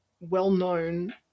well-known